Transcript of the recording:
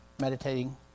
meditating